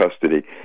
custody